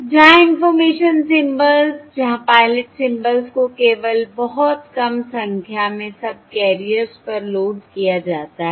जहां information symbols जहां pilot symbols को केवल बहुत कम संख्या में सबकैरियर्स पर लोड किया जाता है